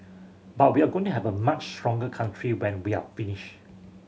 but we're going to have a much stronger country when we're finish